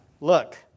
Look